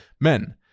men